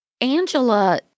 Angela